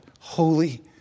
holy